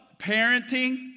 parenting